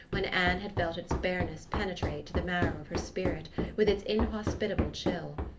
when anne had felt its bareness penetrate to the marrow of her spirit with its inhospitable chill.